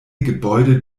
gebäude